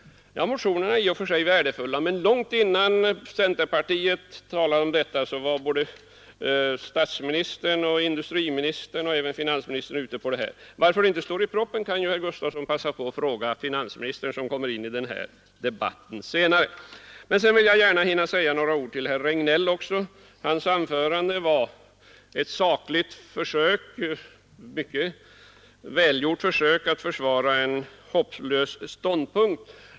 Ja, motionerna är i och för sig värdefulla. Men långt innan centern tog upp denna fråga var statsministern, industriministern och även finansministern inne på dessa tankegångar. Varför de inte nämns i propositionen kan herr Gustafsson passa på att fråga finansministern, som kommer att delta i den här debatten senare. Jag vill gärna hinna säga några ord till herr Regnéll också. Hans anförande var ett sakligt och mycket välgjort försök att försvara en hopplös ståndpunkt.